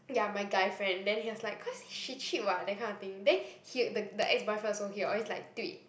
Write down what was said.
ya my guy friend then he was like cause she cheat [what] that kind of thing then he the the ex-boyfriend also he always like tweet